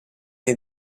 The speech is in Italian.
nei